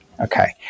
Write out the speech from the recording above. Okay